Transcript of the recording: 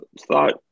thought